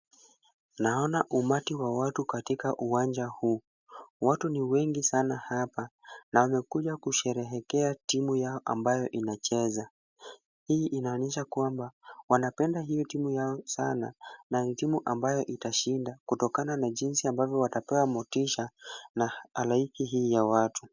Naona umati wa watu katika uwanja huu. Watu ni wengi sana hapa na wamekuja kusherehekea timu yao ambayo inacheza. Hii inaonyesha kwamba wanapenda hiyo timu yao sana na ni timu ambayo itashinda kutokana na jinsi ambavyo watapewa motisha na halaiki hii ya watu.